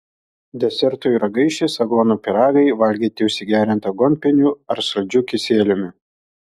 desertui ragaišis aguonų pyragai valgyti užsigeriant aguonpieniu ar saldžiu kisieliumi